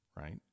Right